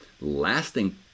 lasting